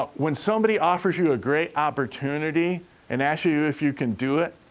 ah when somebody offers you a great opportunity and asks you if you can do it,